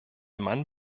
mann